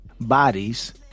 bodies